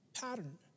pattern